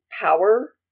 power